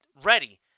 ready